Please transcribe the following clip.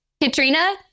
Katrina